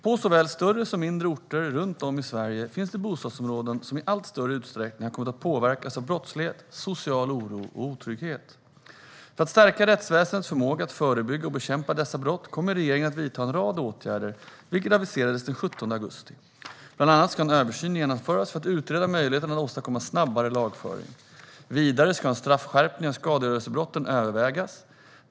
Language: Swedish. På såväl större som mindre orter runt om i Sverige finns det bostadsområden som i allt större utsträckning har kommit att påverkas av brottslighet, social oro och otrygghet. För att stärka rättsväsendets förmåga att förebygga och bekämpa dessa brott kommer regeringen att vidta en rad åtgärder, vilket aviserades den 17 augusti. Bland annat ska en översyn genomföras för att utreda möjligheten att åstadkomma snabbare lagföring. Vidare ska en straffskärpning av skadegörelsebrotten övervägas.